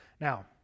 Now